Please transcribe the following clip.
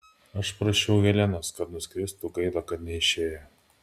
aš prašiau helenos kad nuskristų gaila kad neišėjo